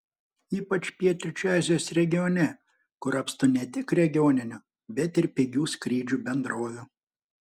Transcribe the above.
ypač pietryčių azijos regione kur apstu ne tik regioninių bet ir pigių skrydžių bendrovių